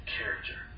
character